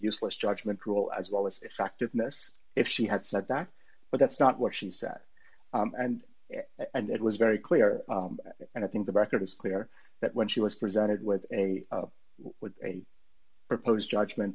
useless judgement rule as well as effectiveness if she had said that but that's not what she said and and it was very clear and i think the record is clear that when she was presented with a with a proposed judgment